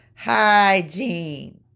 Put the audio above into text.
hygiene